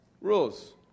Rules